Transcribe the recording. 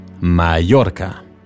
Mallorca